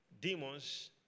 demons